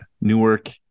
newark